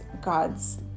God's